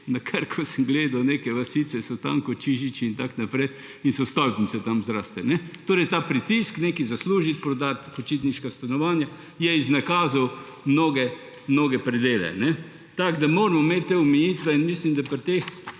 Na Krku sem gledal, neke vasice so tam kot Čižići in tako naprej in so stolpnice tam zrastle. Ta pritisk nekaj zaslužiti, prodati počitniška stanovanja, je iznakazil mnoge, mnoge predele. Tako moramo imeti te omejitve in mislim, da pri teh